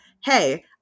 hey